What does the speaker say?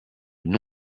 nom